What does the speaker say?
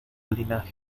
linaje